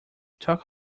talk